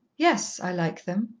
yes, i like them,